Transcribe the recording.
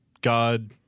God